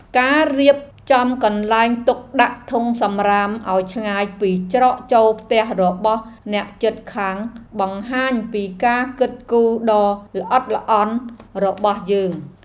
ការរៀបចំកន្លែងទុកដាក់ធុងសំរាមឱ្យឆ្ងាយពីច្រកចូលផ្ទះរបស់អ្នកជិតខាងបង្ហាញពីការគិតគូរដ៏ល្អិតល្អន់របស់យើង។